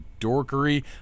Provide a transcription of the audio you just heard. dorkery